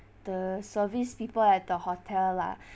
the service people at the hotel lah